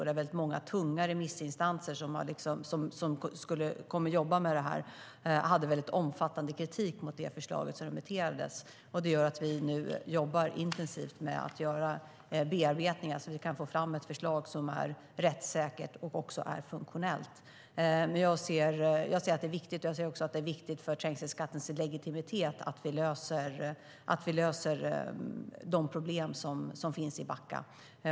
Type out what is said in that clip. Det är många tunga remissinstanser som kommer att jobba med detta som hade omfattande kritik mot det förslag som remitterades. Det gör att vi nu jobbar intensivt med att göra bearbetningar så att vi kan få fram ett förslag som är rättssäkert och funktionellt. Men jag anser att det är viktigt för trängselskattens legitimitet att vi löser de problem som finns i Backa.